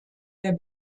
der